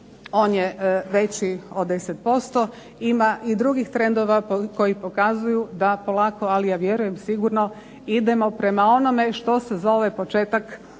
on je veći od 10%. Ima i drugih trendova koji pokazuju da polako, ali ja vjerujem sigurno idemo prema onome što se zove početak